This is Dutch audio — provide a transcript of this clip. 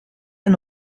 een